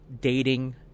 dating